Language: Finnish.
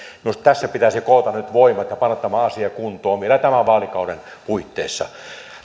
minusta tässä pitäisi koota nyt voimat ja panna tämä asia kuntoon vielä tämän vaalikauden puitteissa